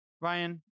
Ryan